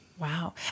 Wow